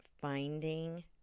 finding